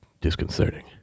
disconcerting